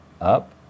up